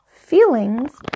feelings